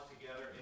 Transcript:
together